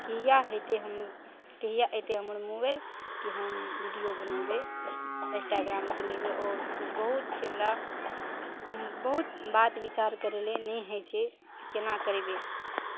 कीए होइतै हम कहिया अयतै हमर मोबाइल की हम बीडियो बनेबै इस्टाग्राम चलेबै आओर किछु बहुत छै हमला हम बहुत बात बिचार करैलए नै होइ छै केना करेबै